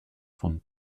von